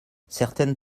certaines